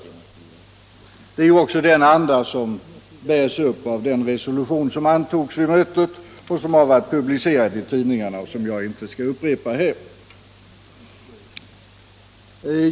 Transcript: Det är ju också den anda som bär upp den vid mötet antagna resolutionen, som varit publicerad i pressen och som jag inte skall föredra här.